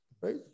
right